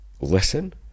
listen